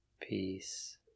Peace